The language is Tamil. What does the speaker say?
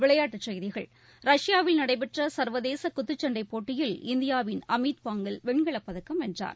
விளையாட்டுச் செய்திகள் ரஷ்யாவில் நடைபெற்ற கர்வதேச குத்துச்சண்டை போட்டியில் இந்தியாவின் அமித் பங்கல் வெண்கலப் பதக்கம் வென்றார்